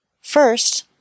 First